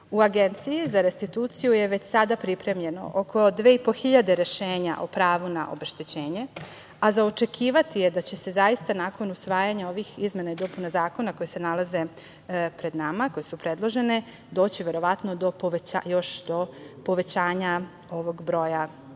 Agenciji za restituciju je već sada pripremljeno oko 2.500 rešenja o pravu na obeštećenje, a za očekivati je da će se zaista nakon usvajanja ovih izmena i dopuna zakona koji se nalaze pred nama, koje su predložene, doći verovatno do povećanja ovog broja rešenja. Mi